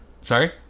Sorry